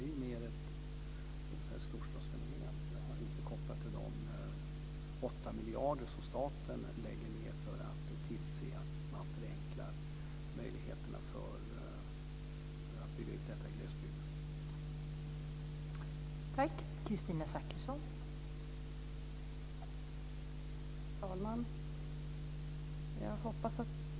Det är inte kopplat till de 8 miljarder som staten skjuter till för att tillse att man förenklar möjligheterna att bygga ut detta i glesbygden.